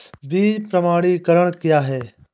बीज प्रमाणीकरण क्या है?